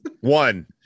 one